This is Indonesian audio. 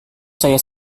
saya